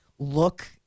look